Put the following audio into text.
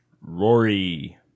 Rory